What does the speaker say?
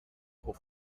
trop